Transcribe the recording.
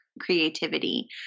creativity